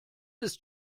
ist